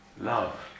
Love